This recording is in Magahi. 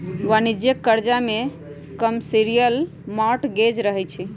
वाणिज्यिक करजा में कमर्शियल मॉर्टगेज रहै छइ